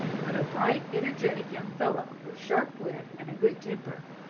but a bright, energetic young fellow, with sharp wit and a good temper.